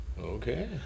Okay